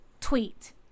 tweet